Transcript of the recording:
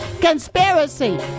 Conspiracy